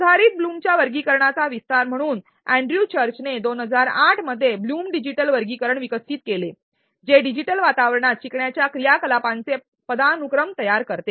सुधारित ब्लूमच्या वर्गीकरणाचा विस्तार म्हणून अँड्र्यू चर्चने २००८ मध्ये ब्लूम डिजिटल वर्गीकरण विकसित केले जे डिजिटल वातावरणात शिकण्याच्या क्रियाकलापांचे पदानुक्रम तयार करते